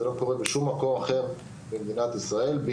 זה לא קורה בשום מקום אחר במדינת ישראל,